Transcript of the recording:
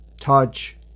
touch